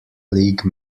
league